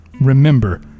Remember